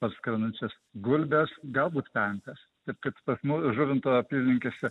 parskrendančias gulbes galbūt pempes tik pas mu žuvinto apylinkėse